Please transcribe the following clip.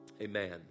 Amen